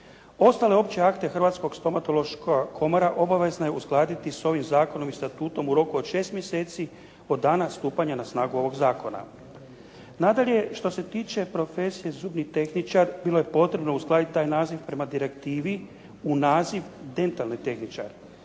Ostale opće akte Hrvatskog stomatološka komora obavezna je uskladiti s ovim zakonom i statutom u roku od 6 mjeseci od dana stupanja na snagu ovog zakona. Nadalje, što se tiče profesije zubni tehničar, bilo je potrebno uskladiti taj naziv prema direktivi u naziv dentalni tehničar.